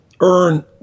earn